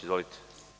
Izvolite.